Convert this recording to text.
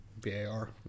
VAR